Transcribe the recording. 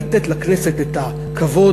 לתת לכנסת את הכבוד,